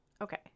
Okay